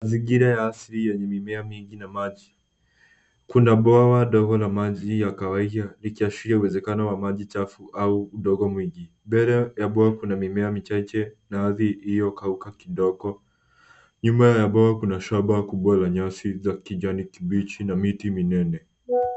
Mazingira rasmi yenye mimea mingi na maji. Kuna bwawa dogo la maji ya kahawia ikiashiria uwezekano wa maji chafu au udongo mwingi. Mbele ya bwawa kuna mimea michache na ardhi iliyo kauka kidogo. Nyuma ya bwawa kuna shamba kubwa la nyasi za kijani kibichi na miti minene.